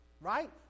right